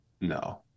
no